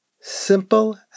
Simple